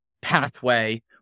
pathway